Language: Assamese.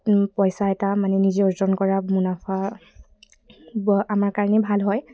পইচা এটা মানে নিজে অৰ্জন কৰা মুনাফা ব আমাৰ কাৰণে ভাল হয়